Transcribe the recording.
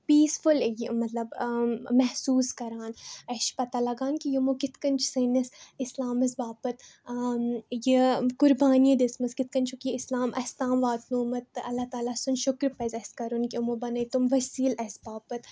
peaceful مطلب مہسوٗس کَران اسہِ چھِ پَتہ لَگان کہِ یِمو کِتھ کٔنۍ چھِ سٲنِس اِسلامَس باپتھ یہِ قُربانیہِ دِژمٕژ کِتھ کٔنۍ چھُکھ یہِ اِسلام اسہِ تانۍ واتنومُت تہٕ اللہ تعالیٰ سُند شُکر پَزِ اسہِ کَرُن کہ یِمو بَنٲے تِم ؤسیٖل اسہِ باپتھ